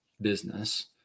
business